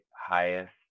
highest